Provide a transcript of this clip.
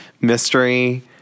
mystery